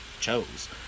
chose